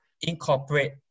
incorporate